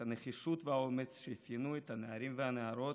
את הנחישות והאומץ שאפיינו את הנערים והנערות,